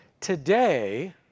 today